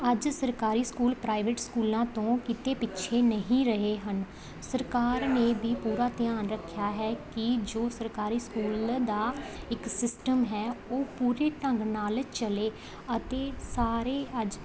ਅੱਜ ਸਰਕਾਰੀ school private ਸਕੂਲਾਂ ਤੋਂ ਕਿਤੇ ਪਿੱਛੇ ਨਹੀਂ ਰਹੇ ਹਨ ਸਰਕਾਰ ਨੇ ਵੀ ਪੂਰਾ ਧਿਆਨ ਰੱਖਿਆ ਹੈ ਕਿ ਜੋ ਸਰਕਾਰੀ ਸਕੂਲ ਦਾ ਇੱਕ ਸਿਸਟਮ ਹੈ ਉਹ ਪੂਰੇ ਢੰਗ ਨਾਲ ਚੱਲੇ ਅਤੇ ਸਾਰੇ ਅੱਜ